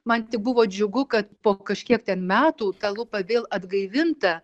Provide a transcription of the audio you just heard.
man tik buvo džiugu kad po kažkiek ten metų ta lupa vėl atgaivinta